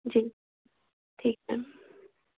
जी ठीक मैम